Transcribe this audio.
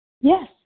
Yes